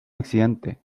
accidente